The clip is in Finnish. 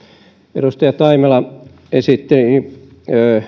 edustaja taimela esitti